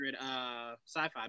sci-fi